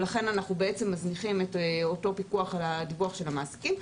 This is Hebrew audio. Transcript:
ולכן אנחנו מזניחים את אותו פיקוח על דיווח המעסיקים.